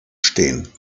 stehen